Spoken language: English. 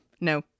No